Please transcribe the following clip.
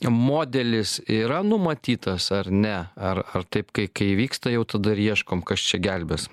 modelis yra numatytas ar ne ar ar taip kai kai įvyksta jau tada ieškom kas čia gelbės